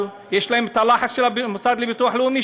אבל יש עליהם לחץ של המוסד לביטוח לאומי,